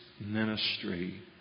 ministry